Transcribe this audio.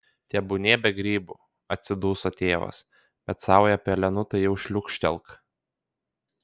tebūnie be grybų atsiduso tėvas bet saują pelenų tai jau šliūkštelk